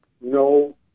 no